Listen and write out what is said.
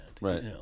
Right